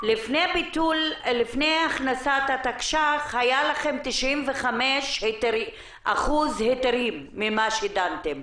לפני הכנסת התקש"ח היו לכם 95% היתרים מתוך מה שדנתם,